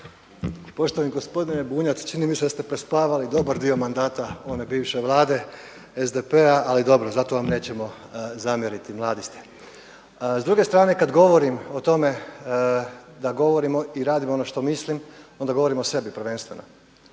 Poštovani gospodine Bunjac čini mi se da ste prespavali dobar dio mandata one bivše Vlade SDP-a, ali dobro. Zato vam nećemo zamjeriti, mladi ste. S druge strane kada govorim o tome da govorim i radim ono što mislim, onda govorim o sebi prvenstveno.